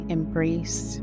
embrace